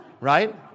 Right